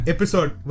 Episode